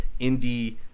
indie